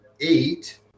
eight